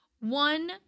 One